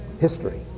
history